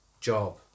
job